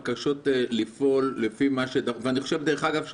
דרך אגב,